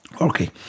Okay